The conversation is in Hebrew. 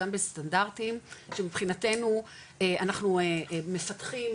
גם בסטנדרטים שמבחינתנו אנחנו מפתחים,